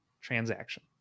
transaction